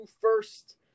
first